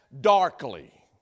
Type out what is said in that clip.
darkly